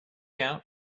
out